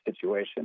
situation